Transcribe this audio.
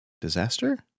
disaster